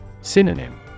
Synonym